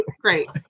Great